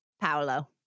Paolo